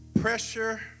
Pressure